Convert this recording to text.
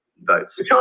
votes